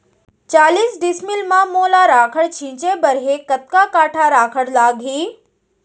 चालीस डिसमिल म मोला राखड़ छिंचे बर हे कतका काठा राखड़ लागही?